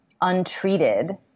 untreated